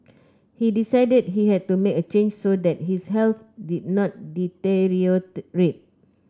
he decided he had to make a change so that his health did not deteriorate